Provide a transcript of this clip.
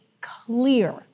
clear